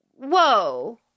Whoa